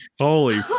Holy